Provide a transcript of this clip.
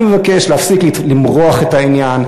אני מבקש להפסיק למרוח את העניין.